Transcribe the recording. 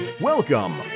Welcome